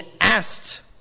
asked